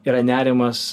yra nerimas